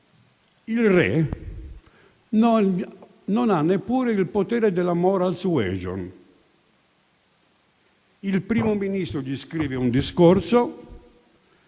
il Re non ha neppure il potere della *moral suasion.* Il Primo Ministro gli scrive un discorso,